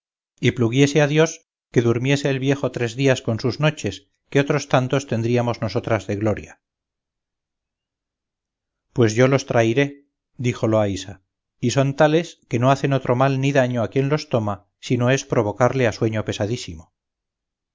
pluguiese a dios que durmiese el viejo tres días con sus noches que otros tantos tendríamos nosotras de gloria pues yo los trairé dijo loaysa y son tales que no hacen otro mal ni daño a quien los toma si no es provocarle a sueño pesadísimo